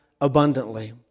abundantly